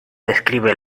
describe